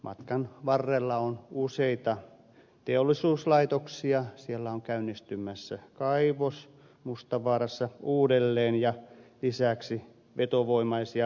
matkan varrella on useita teollisuuslaitoksia siellä on käynnistymässä kaivos mustavaarassa uudelleen ja lisäksi vetovoimaisia matkailukeskuksia